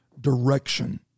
direction